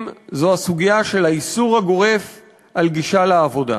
זו הסוגיה של האיסור הגורף על גישה לעבודה.